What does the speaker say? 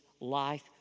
life